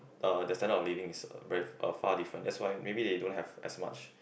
uh the standard of living is very uh far different that's why maybe they don't have as much